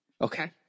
Okay